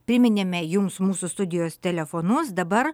priminėme jums mūsų studijos telefonus dabar